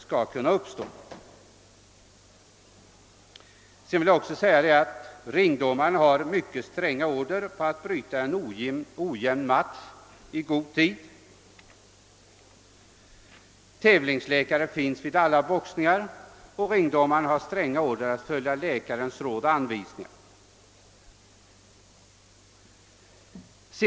Ringdomaren har dessutom mycket stränga order att bryta en ojämn match i god tid. Tävlingsläkare finns vid alla boxningsmatcher, och ringdomaren har stränga order att följa läkarens råd och anvisningar.